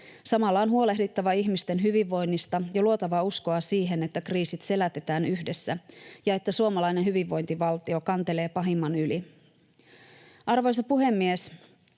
Samalla on huolehdittava ihmisten hyvinvoinnista ja luotava uskoa siihen, että kriisit selätetään yhdessä ja että suomalainen hyvinvointivaltio kantelee pahimman yli. Arvoisa puhemies!